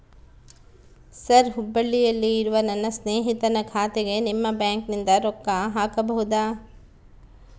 Sir ಹುಬ್ಬಳ್ಳಿಯಲ್ಲಿ ಇರುವ ನನ್ನ ಸ್ನೇಹಿತನ ಖಾತೆಗೆ ನಿಮ್ಮ ಬ್ಯಾಂಕಿನಿಂದ ರೊಕ್ಕ ಹಾಕಬಹುದಾ?